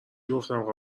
گفتم